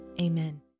Amen